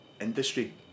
industry